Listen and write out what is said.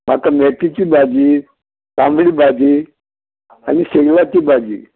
म्हाका मेतीची भाजी तांबडी भाजी आनी शेगाची भाजी